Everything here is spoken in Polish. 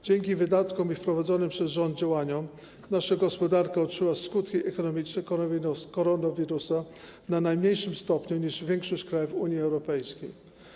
Dzięki wydatkom i wprowadzonym przez rząd działaniom nasza gospodarka odczuła skutki ekonomiczne koronawirusa w mniejszym stopniu niż większość krajów Unii Europejskiej.